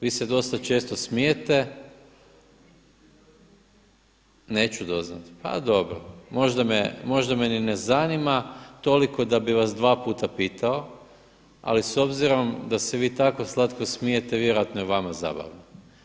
Vi se dosta često smijete, neću doznat, pa dobro, možda me ni ne zanima toliko da bi vas dva puta pitao, ali s obzirom da se vi tako slatko smijete vjerojatno je vama zabavno.